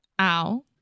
Ow